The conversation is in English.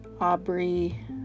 Aubrey